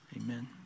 amen